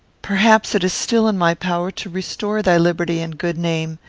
perhaps it is still in my power to restore thy liberty and good name,